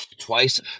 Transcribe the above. twice